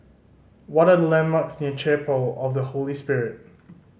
what are the landmarks near Chapel of the Holy Spirit